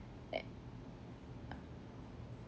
err uh